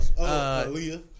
Aaliyah